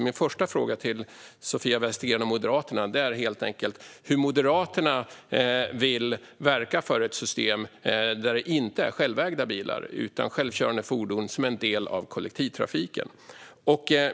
Min första fråga till Sofia Westergren är helt enkelt hur Moderaterna vill verka för ett system där de självkörande fordonen inte är självägda utan en del av kollektivtrafiken.